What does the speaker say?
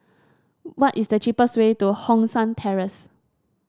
what is the cheapest way to Hong San Terrace